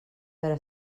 veure